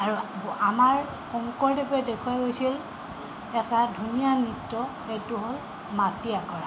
আৰু আমাৰ শংকৰদেৱে দেখুৱাই গৈছিল এটা ধুনীয়া নৃত্য সেইটো হ'ল মাটি আখৰা